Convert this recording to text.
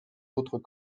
d’autres